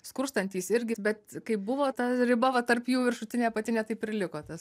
skurstantys irgi bet kaip buvo ta riba va tarp jų viršutinė apatinė taip ir liko tas